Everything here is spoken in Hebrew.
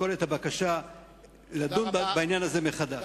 לשקול את הבקשה לדון בעניין הזה מחדש.